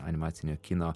animacinio kino